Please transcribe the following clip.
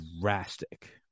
drastic